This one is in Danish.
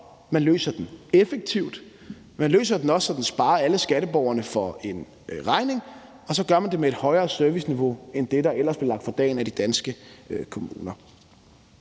man løser den effektivt, man løser den også, så den sparer alle skatteborgerne for en regning, og så gør man det med et højere serviceniveau end det, der ellers bliver lagt for dagen af de danske kommuner.